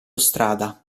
strada